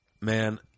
Man